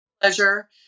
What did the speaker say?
pleasure